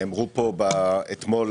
בוקר טוב לכולם,